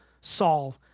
Saul